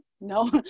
No